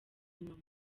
inyuma